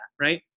Right